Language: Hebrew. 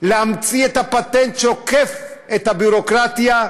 ולהמציא את הפטנט שעוקף את הביורוקרטיה,